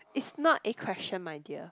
it's not a question my dear